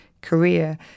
career